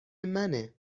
منه